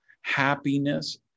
happiness